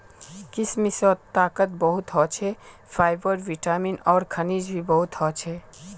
किशमिशत ताकत बहुत ह छे, फाइबर, विटामिन आर खनिज भी बहुत ह छे